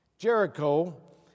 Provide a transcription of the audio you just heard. Jericho